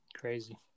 Crazy